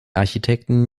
architekten